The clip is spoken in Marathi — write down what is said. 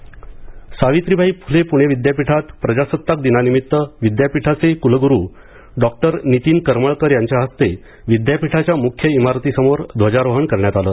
पुणे विद्यापीठ ध्वजारोहण सावित्रीबाई फुले पुणे विद्यापीठात प्रजासत्ताक दिनानिमित्त विद्यापीठाचे कुलगुरू डॉक्टर नितीन करमळकर यांच्या हस्ते विद्यापीठाच्या मुख्य इमारतीसमोर ध्वजारोहण करण्यात आलं